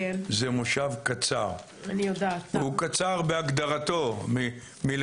שזה מושב קצר בהגדרתו --- אני יודעת,